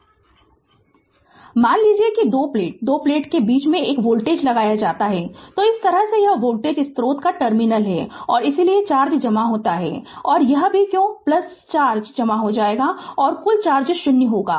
Refer Slide Time 0501 मान लीजिए कि r दो प्लेट दो प्लेटों के बीच एक वोल्टेज लगाया जाता है तो इस तरफ से यह वोल्टेज स्रोत का टर्मिनल है और इसलिए चार्ज जमा हो जाता है और यह भी क्यू चार्ज जमा हो जाएगा और कुल चार्ज 0 होगा